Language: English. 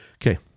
Okay